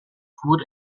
fuhr